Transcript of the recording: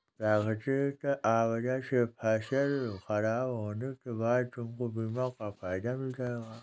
प्राकृतिक आपदा से फसल खराब होने के बाद तुमको बीमा का फायदा मिल जाएगा